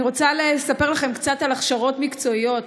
אני רוצה לספר לכם קצת על הכשרות מקצועיות.